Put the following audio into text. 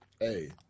hey